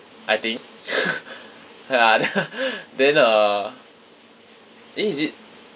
I think ya then then uh eh is it